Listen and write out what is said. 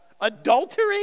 Adultery